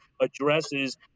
addresses